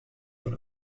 dans